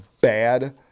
bad